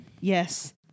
Yes